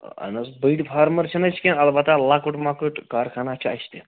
اہن حظ بٔڑۍ فارمَر چھِنہٕ أسۍ کیٚنٛہہ البتہ لۄکُٹ مۄکُٹ کارخانا چھُ اَسہِ تہِ